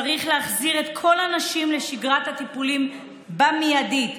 צריך להחזיר את כל הנשים לשגרת הטיפולים באופן מיידי.